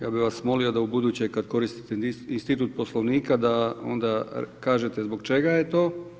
Ja bih vas molio da ubuduće kada koristite institut Poslovnika da onda kažete zbog čega je to.